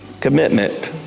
commitment